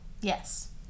Yes